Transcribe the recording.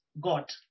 God